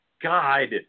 God